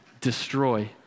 destroy